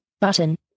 Button